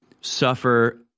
suffer